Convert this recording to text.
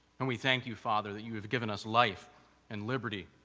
and we thank you, father that you have given us life and liberty,